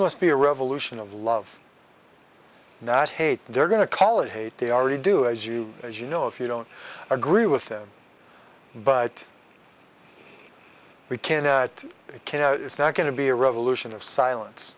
must be a revolution of love not hate they're going to college hate they already do as you as you know if you don't agree with them but we can at it it's not going to be a revolution of silence